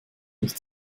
nicht